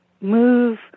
move